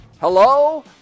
hello